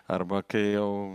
arba kai jau